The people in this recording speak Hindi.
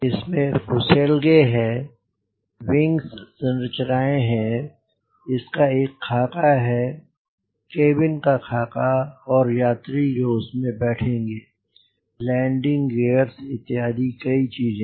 इसमें फुसेलगे है विंग्स संरचनाऐं हैं इसका एक खाका है केविन का खाका और यात्री जो उसमे बैठेंगे लैंडिंग गियर्स इत्यादि कई चीजें